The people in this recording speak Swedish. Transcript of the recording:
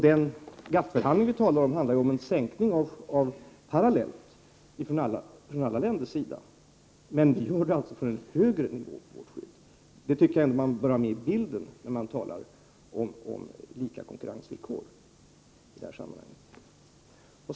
Den GATT-förhandling som vi talar om handlar om en sänkning parallellt från alla länders sida. Men vi gör det alltså från en högre nivå. Det tycker jag ändå man bör ha med i bilden när man talar om lika konkurrensvillkor i detta sammanhang.